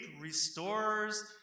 restores